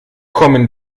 kommen